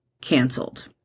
Cancelled